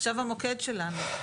עכשיו המוקד שלנו.